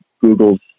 google's